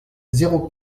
zéro